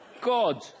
God